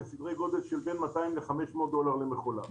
בסדר גודל של בין 200 ל-500 דולר למכולה.